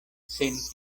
sen